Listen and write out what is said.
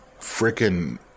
freaking